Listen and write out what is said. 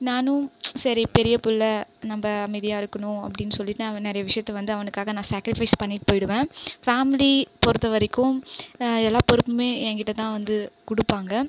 நானும் சரி பெரியப் பிள்ள நம்ம அமைதியாக இருக்கணும் அப்படின்னு சொல்லிகிட்டு நான் நிறைய விஷயத்த வந்து அவனுக்காக நான் சாக்ரிஃபைஸ் பண்ணிட்டு போயிடுவேன் ஃபேமிலி பொறுத்தவரைக்கும் எல்லா பொறுப்புமே எங்கிட்ட தான் வந்து கொடுப்பாங்க